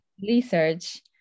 research